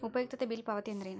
ಉಪಯುಕ್ತತೆ ಬಿಲ್ ಪಾವತಿ ಅಂದ್ರೇನು?